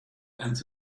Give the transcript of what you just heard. and